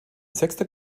sechster